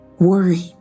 worry